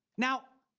now.